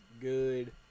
good